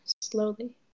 slowly